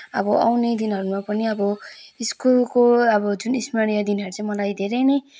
अब आउने दिनहरूमा पनि अब स्कुलको अब जुन स्मरणीय दिनहरू चाहिँ मलाई धेरै नै